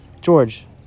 George